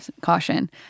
caution